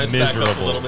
miserable